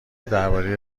درباره